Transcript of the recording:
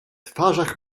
twarzach